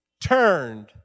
turned